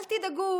אל תדאגו,